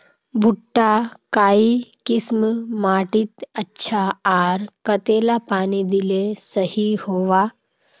भुट्टा काई किसम माटित अच्छा, आर कतेला पानी दिले सही होवा?